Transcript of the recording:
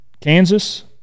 Kansas